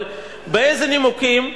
אבל באיזה נימוקים?